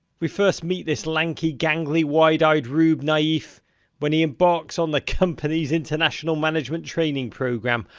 we first meet this lanky, gangly, wide-eyed, rude, naif when he embarks on the company's international management training program,